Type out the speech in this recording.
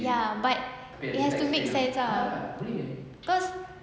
ya but it has to make sense ah cause